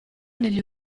negli